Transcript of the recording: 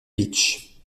bitche